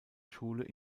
schule